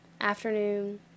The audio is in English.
afternoon